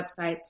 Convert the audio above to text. websites